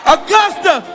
Augusta